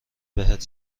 بهت